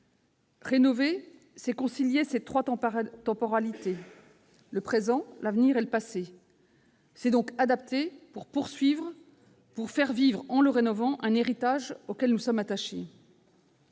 Rénover, c'est concilier ces trois temporalités : le présent, l'avenir et le passé. C'est donc adapter pour poursuivre, pour faire vivre en le rénovant un héritage auquel nous sommes attachés.